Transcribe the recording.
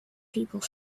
people